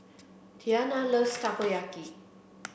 Tianna loves Takoyaki